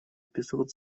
эпизод